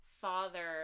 father